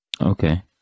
okay